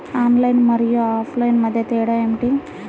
Online మరియు offline మధ్య తేడా ఏమిటీ?